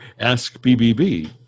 AskBBB